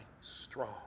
strong